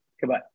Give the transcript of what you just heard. Goodbye